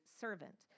servant